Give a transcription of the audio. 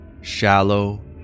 shallow